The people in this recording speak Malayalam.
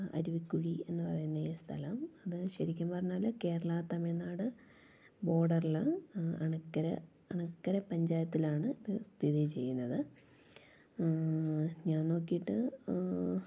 അരുവിക്കുഴി എന്ന് പറയുന്ന ഈ സ്ഥലം അത് ശരിക്കും പറഞ്ഞാൽ കേരള തമിഴ്നാട് ബോർഡർൽ അണക്കര അണക്കര പഞ്ചായത്തിലാണ് അത് സ്ഥിതി ചെയ്യുന്നത് ഞാൻ നോക്കിട്ട്